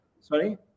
Sorry